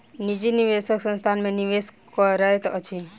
निजी निवेशक संस्थान में निवेश करैत अछि